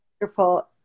wonderful